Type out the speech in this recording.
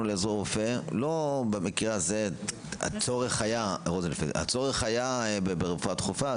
ללימודי עוזר רופא הצורך היה ברפואה דחופה.